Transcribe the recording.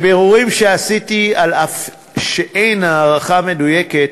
מבירורים שעשיתי, אף שאין הערכה מדויקת,